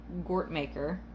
Gortmaker